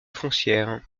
foncière